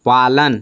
पालन